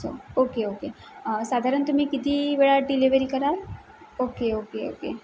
okay okay साधारण तुमी किती वेळात डिलेवरी कराल ओके ओके ओके